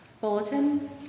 bulletin